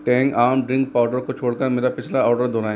Tang आम drink powder को छोड़ कर मेरा पिछला ऑर्डर दोहराएँ